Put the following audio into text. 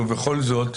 ובכל זאת,